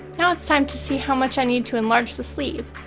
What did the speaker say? now it's time to see how much i need to enlarge the sleeve.